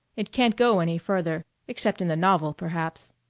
it can't go any further except in the novel, perhaps.